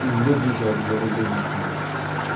il m'obligea de me relever malgré moi